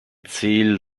ziel